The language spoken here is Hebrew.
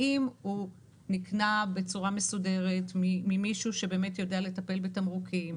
האם הוא נקנה בצורה מסודרת ממישהו שבאמת יודע לטפל בתמרוקים,